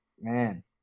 man